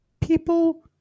People